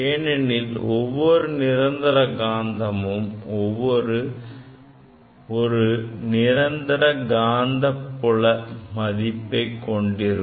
ஏனெனில் ஒவ்வொரு நிரந்தர காந்தமும் ஒரு நிரந்தர காந்தபுல மதிப்பை கொண்டிருக்கும்